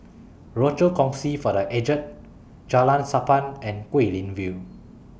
Rochor Kongsi For The Aged Jalan Sappan and Guilin View